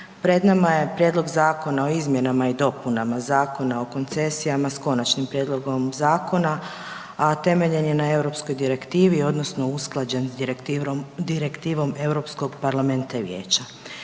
Pred nama je Prijedlog zakona o izmjenama i dopunama Zakona o koncesijama s konačnim prijedlogom zakona, a temeljen je na europskoj direktivi, odnosno usklađen je s direktivom EU parlamenta i vijeća.